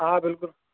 آ بِلکُل